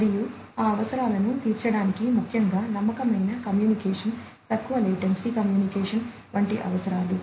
మరియు ఆ అవసరాలను తీర్చడానికి ముఖ్యంగా నమ్మకమైన కమ్యూనికేషన్ తక్కువ లాటెన్సీ కమ్యూనికేషన్ వంటి అవసరాలు